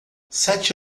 sete